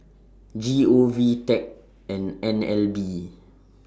G O V Tech and N L B